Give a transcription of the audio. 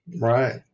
Right